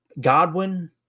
Godwin